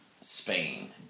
Spain